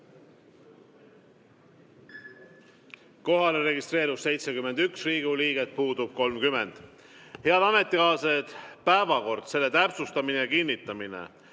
Kohale registreerus 71 Riigikogu liiget, puudub 30. Head ametikaaslased, päevakord – selle täpsustamine ja kinnitamine.